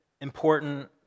important